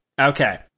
Okay